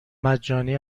مجانی